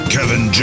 Kevin